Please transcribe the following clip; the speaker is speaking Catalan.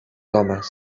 homes